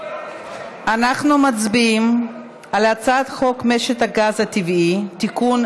אנחנו מצביעים על הצעת חוק משק הגז הטבעי (תיקון,